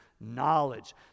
knowledge